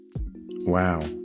Wow